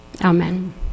Amen